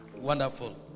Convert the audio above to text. wonderful